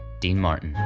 dean martin.